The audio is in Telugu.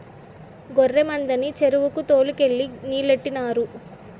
గొర్రె మందని చెరువుకి తోలు కెళ్ళి నీలెట్టినారు